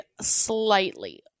slightly